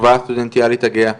מהאחווה הסטודנטיאלית הגאה,